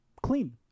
clean